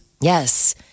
Yes